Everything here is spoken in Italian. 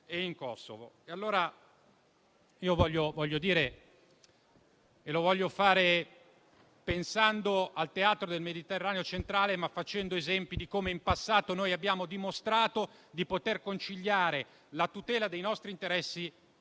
Voglio ricordare - lo faccio pensando al teatro del Mediterraneo centrale, facendo esempi - come in passato abbiamo dimostrato di poter conciliare la tutela dei nostri interessi